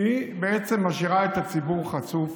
היא בעצם משאירה את הציבור חשוף